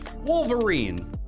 Wolverine